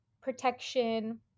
protection